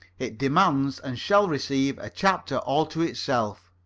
it demands and shall receive a chapter all to itself.